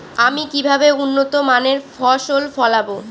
আমি কিভাবে উন্নত মানের ফসল ফলাবো?